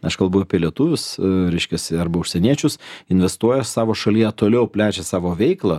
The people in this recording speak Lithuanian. aš kalbu apie lietuvius reiškiasi arba užsieniečius investuoja savo šalyje toliau plečia savo veiklą